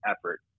effort